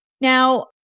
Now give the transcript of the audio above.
Now